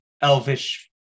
elvish